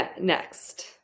Next